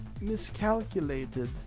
miscalculated